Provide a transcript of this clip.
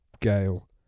gale